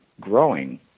growing